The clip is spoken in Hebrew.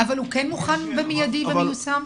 הוא כן מוכן במיידי ומיושם?